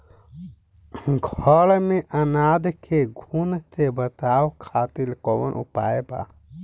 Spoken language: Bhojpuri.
घर में अनाज के घुन से बचावे खातिर कवन उपाय बा?